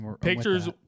Pictures